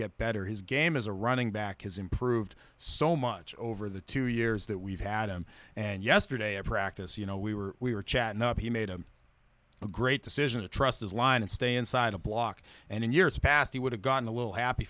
get better his game as a running back has improved so much over the two years that we've had him and yesterday at practice you know we were we were chatting up he made a great decision to trust his line and stay inside a block and in years past he would have gotten a little happy